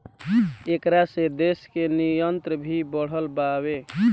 ऐकरा से देश के निर्यात भी बढ़ल बावे